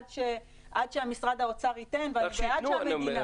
עד שמשרד האוצר ייתן --- אני אומר,